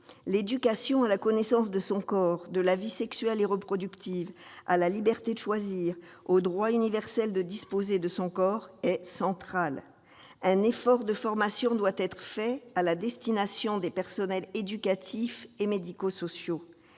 L'éducation à la connaissance de son corps, à la vie sexuelle et reproductive, à la liberté de choisir et au droit universel de disposer de son corps est centrale. Un effort de formation doit être fait à destination des personnels éducatifs et médico-sociaux.